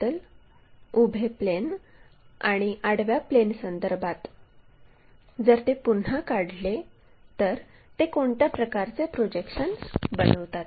उभे प्लेन आणि आडव्या प्लेनसंदर्भात जर ते पुन्हा काढले तर ते कोणत्या प्रकारचे प्रोजेक्शन्स बनवतात